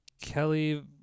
Kelly